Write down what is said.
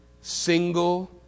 single